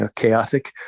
chaotic